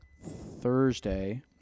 thursday